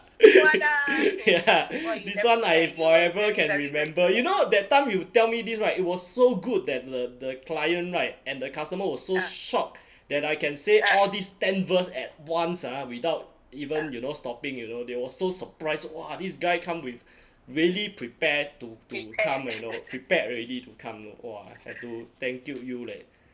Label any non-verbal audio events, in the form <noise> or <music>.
<laughs> ya this one I forever can remember you know that time you tell me this [right] it was so good that the the client [right] and the customer was so shocked that I can say all these ten verse at once ah without even you know stopping you know they were so surprised !wah! this guy come with really prepared to to come you know prepared already to come !wah! have to thank you you leh